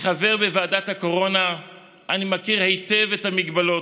כחבר בוועדת הקורונה אני מכיר היטב את המגבלות,